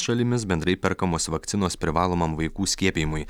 šalimis bendrai perkamos vakcinos privalomam vaikų skiepijimui